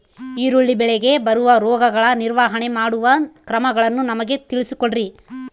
ಈರುಳ್ಳಿ ಬೆಳೆಗೆ ಬರುವ ರೋಗಗಳ ನಿರ್ವಹಣೆ ಮಾಡುವ ಕ್ರಮಗಳನ್ನು ನಮಗೆ ತಿಳಿಸಿ ಕೊಡ್ರಿ?